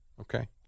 Okay